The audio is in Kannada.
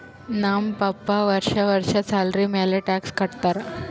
ನಮ್ ಪಪ್ಪಾ ವರ್ಷಾ ವರ್ಷಾ ಸ್ಯಾಲರಿ ಮ್ಯಾಲ ಟ್ಯಾಕ್ಸ್ ಕಟ್ಟತ್ತಾರ